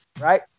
right